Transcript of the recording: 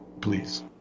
please